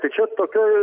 tai čia tokioj